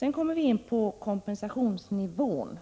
Jag går så över till frågan om kompensationsnivån.